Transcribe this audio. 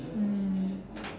mm